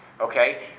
okay